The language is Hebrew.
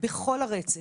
בכל הרצף.